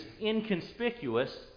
inconspicuous